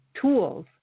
tools